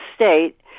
state